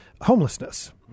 homelessness